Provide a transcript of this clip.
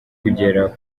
kugera